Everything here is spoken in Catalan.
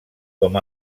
com